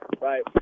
right